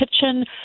kitchen